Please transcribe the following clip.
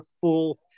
full